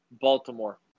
Baltimore